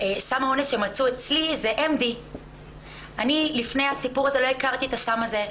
סם האונס שמצאו אצלי זה MB. אני לפני הסיפור הזה לא הכרתי את הסם הזה.